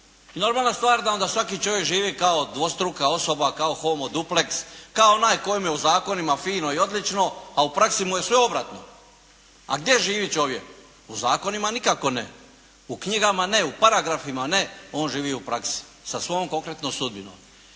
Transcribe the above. Normalna stvar da onda svaki čovjek živi kao dvostruka osoba, kao homoduplex, kao onaj kojim je u zakonima fino i odlično, a u praksi mu je sve obratno. A gdje živi čovjek? U zakonima nikako ne, u knjigama me, u paragrafima ne, on živi u praksi sa svojom konkretnom sudbinom.